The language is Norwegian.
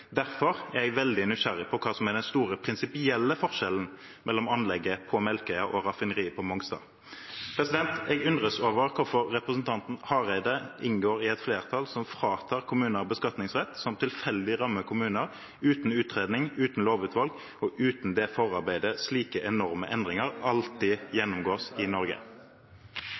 Derfor er jeg veldig nysgjerrig på hva som er den store prinsipielle forskjellen mellom anlegget på Melkøya og raffineriet på Mongstad. Jeg undres over hvorfor representanten Hareide inngår i et flertall som fratar kommuner beskatningsrett, som tilfeldig rammer kommuner uten utredning, uten lovutvalg og uten det forarbeidet slike enorme endringer alltid gjennomgår i Norge.